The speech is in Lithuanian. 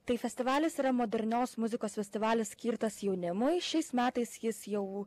tai festivalis yra modernios muzikos festivalis skirtas jaunimui šiais metais jis jau